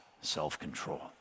self-control